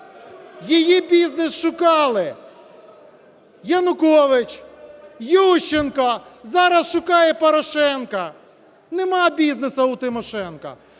Її бізнес шукали Янукович, Ющенко, зараз шукає Порошенко, нема бізнесу у Тимошенко.